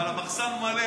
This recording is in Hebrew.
אבל המחסן מלא,